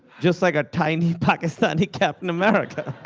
just like a tiny pakistani captain america.